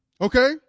Okay